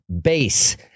base